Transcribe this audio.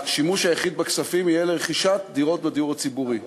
השימוש היחיד בכספים יהיה לרכישת דירות בדיור הציבורי.